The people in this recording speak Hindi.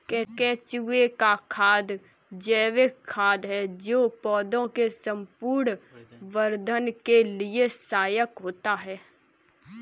केंचुए का खाद जैविक खाद है जो पौधे के संपूर्ण वर्धन के लिए सहायक होता है